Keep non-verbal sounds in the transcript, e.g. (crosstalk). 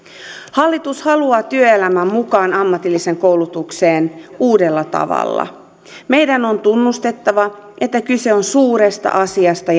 hallitus haluaa työelämän mukaan ammatilliseen koulutukseen uudella tavalla meidän on tunnustettava että kyse on suuresta asiasta (unintelligible)